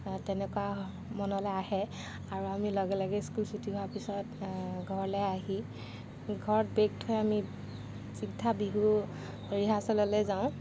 তেনেকুৱা মনলৈ আহে আৰু আমি লগে লগে স্কুল ছুটি হোৱাৰ পিছত ঘৰলৈ আহি ঘৰত বেগ থৈ আমি চিধা বিহুৰ ৰিহাৰ্ছেললৈ যাওঁ